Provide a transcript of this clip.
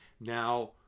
Now